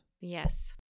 Yes